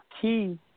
key